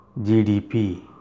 gdp